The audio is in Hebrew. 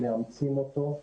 מאמצים אותו,